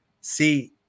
See